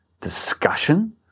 discussion